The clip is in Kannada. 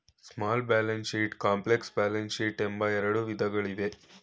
small balance sheets, complex balance sheets ಎಂಬ ಎರಡು ವಿಧಗಳಿವೆ